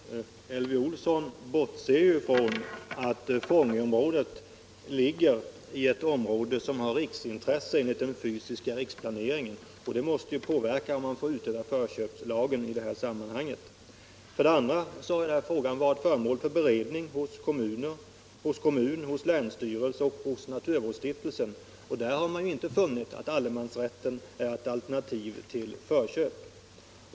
Herr talman! Elvy Olsson bortser från att Fångö ligger i ett område som har riksintresse för den fysiska riksplaneringen, och det måste ju påverka om man får utöva förköpslagen i det här sammanhanget. Frågan har varit föremål för beredning hos kommun, länsstyrelse och naturvårdsstiftelse, och där har man inte funnit att allemansrätten är ett alternativ till förköp.